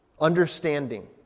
understanding